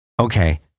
okay